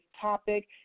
topic